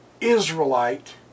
Israelite